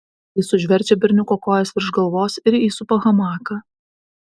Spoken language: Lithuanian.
jis užverčia berniuko kojas virš galvos ir įsupa hamaką